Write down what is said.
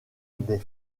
des